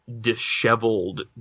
disheveled